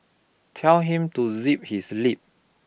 tell him to zip his lip